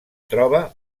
troba